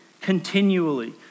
continually